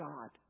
God